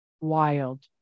wild